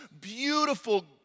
beautiful